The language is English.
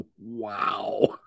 wow